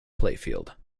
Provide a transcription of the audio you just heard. playfield